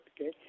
okay